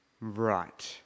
Right